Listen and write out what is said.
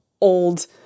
old